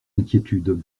inquiétudes